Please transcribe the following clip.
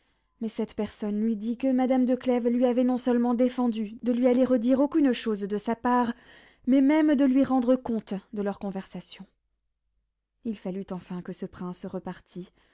mais cette personne lui dit que madame de clèves lui avait non seulement défendu de lui aller redire aucune chose de sa part mais même de lui rendre compte de leur conversation il fallut enfin que ce prince repartît